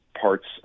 parts